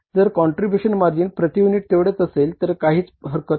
जर contribution margin प्रती unit तेवढीच असेल तर काहीच हरकत नाही